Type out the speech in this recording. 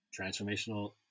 transformational